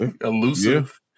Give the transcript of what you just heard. Elusive